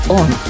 on